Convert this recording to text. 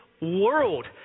world